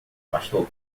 pastor